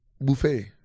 Buffet